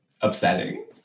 upsetting